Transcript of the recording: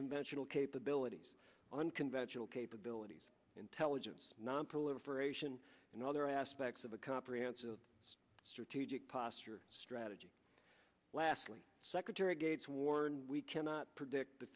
conventional capabilities unconventional capabilities intelligence nonproliferation and other aspects of a comprehensive strategic posture strategy lastly secretary gates warned we cannot predict the